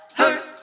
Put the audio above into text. hurt